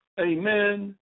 amen